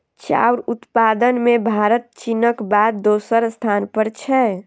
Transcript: चाउर उत्पादन मे भारत चीनक बाद दोसर स्थान पर छै